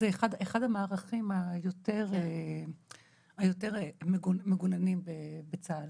זה אחד המערכים היותר מגוננים בצה"ל.